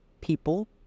people